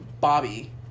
Bobby